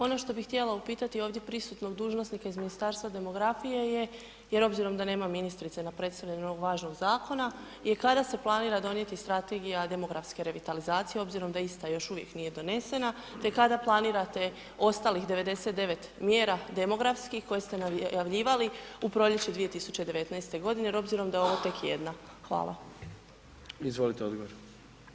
Ono što bi htjela upitati ovdje prisutnog dužnosnika iz Ministarstva demografije je jer obzirom da ministrice na predstavljanju ovog važnog zakona je kada se planira donijeti Strategija demografske revitalizacije obzirom da ista još uvijek nije donesena te kada planirate ostalih 99 mjera demografskih koje ste najavljivali u proljeće 2019. g. jer obzirom da je ovo tek jedna?